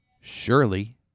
surely